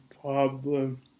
problem